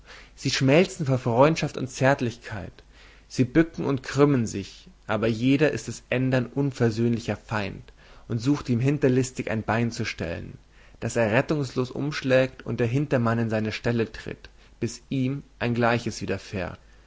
sie schmelzen vor freundschaft und zärtlichkeit sie bücken und krümmen sich aber jeder ist des ändern unversöhnlicher feind und sucht ihm hinterlistig ein bein zu stellen daß er rettungslos umschlägt und der hintermann in seine stelle tritt bis ihm ein gleiches widerfährt